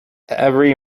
every